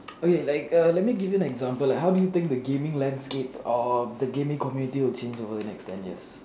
okay like a let me give you an example like how do you think the gaming landscape of the gaming community will change over the next ten years